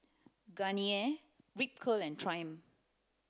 Garnier Ripcurl Triumph